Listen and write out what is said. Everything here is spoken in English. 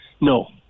No